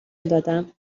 دادم